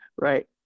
right